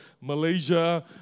Malaysia